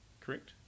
correct